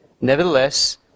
Nevertheless